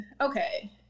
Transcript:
Okay